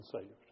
saved